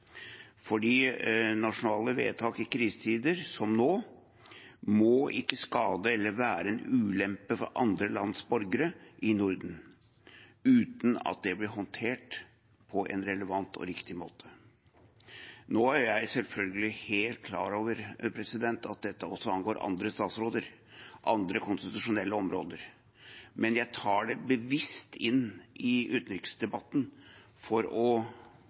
nasjonale vedtak i krisetider, som nå, må ikke skade eller være til ulempe for andre lands borgere i Norden uten at det blir håndtert på en relevant og riktig måte. Nå er jeg selvfølgelig helt klar over at dette også angår andre statsråder, andre konstitusjonelle områder, men jeg tar det bevisst inn i utenriksdebatten for